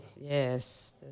Yes